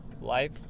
life